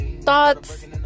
thoughts